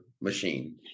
machine